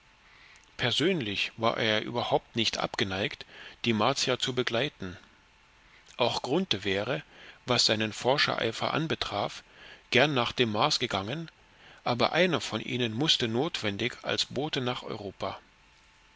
persönlich war er ja überhaupt nicht abgeneigt die martier zu begleiten auch grunthe wäre was seinen forschereifer anbetraf gern nach dem mars gegangen aber einer von ihnen mußte notwendig als bote nach europa